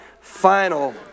final